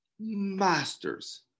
masters